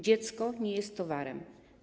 Dziecko nie jest towarem.